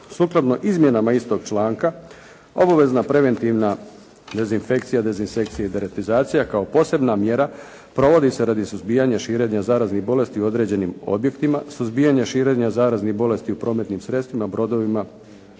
Sukladno izmjenama istog članka, obavezna preventivna dezinfekcija, dezinsekcija i deratizacija kao posebna mjera provodi se radi suzbijanja širenja zaraznih bolesti u određenim objektima, suzbijanje širenja zaraznih bolesti u prometnim sredstvima, brodovima